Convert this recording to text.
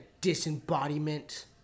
disembodiment